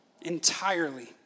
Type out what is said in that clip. entirely